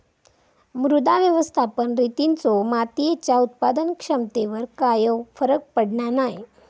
मृदा व्यवस्थापन रितींचो मातीयेच्या उत्पादन क्षमतेवर कायव फरक पडना नाय